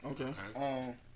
Okay